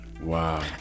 Wow